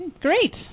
Great